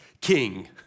king